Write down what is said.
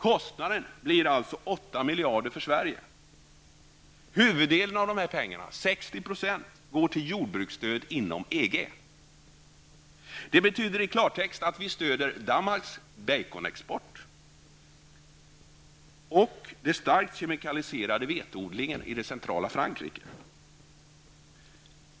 Kostnaden för Sverige blir alltså 8 miljarder. Huvuddelen av dessa pengar, 60 % går till jordbruksstöd inom EG. Det betyder i klartext att vi stödjer Danmarks baconexport och den starkt kemikaliserade veteodlingen i centrala Frankrike.